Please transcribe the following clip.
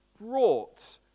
brought